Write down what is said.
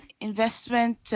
investment